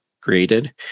created